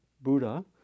Buddha